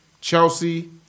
Chelsea